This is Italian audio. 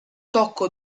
tocco